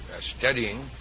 studying